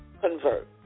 convert